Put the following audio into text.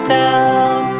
down